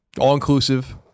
All-inclusive